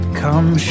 come